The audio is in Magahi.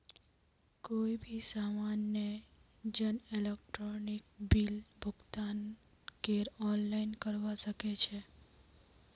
कोई भी सामान्य जन इलेक्ट्रॉनिक बिल भुगतानकेर आनलाइन करवा सके छै